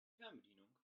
fernbedienung